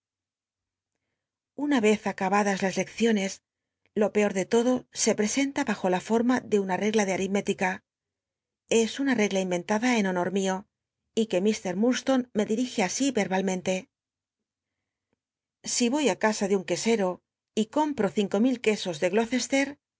una vez acabadas las lecciones lo peor de lodo se presenta bajo la forma de una regla de al'itmética es una regla in'cnlada en honor mio y que mr murdstone me dirije así crba pen si voy á casa de un q u c ero y compro cinco mil quesos de